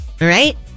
right